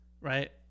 right